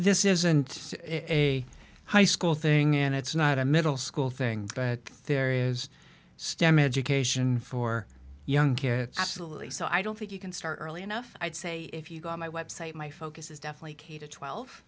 it's a high school thing and it's not a middle school thing but there is stem education for young care absolutely so i don't think you can start early enough i'd say if you go on my website my focus is definitely k to twelve